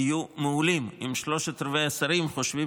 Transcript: יהיו מעולים אם שלושת-רבעי מהשרים חושבים